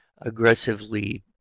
aggressively